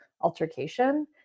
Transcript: altercation